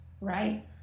right